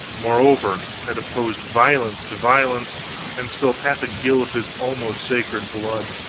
moreover, had opposed violence to violence and spilt half a gill of his almost sacred blood.